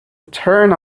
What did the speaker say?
turn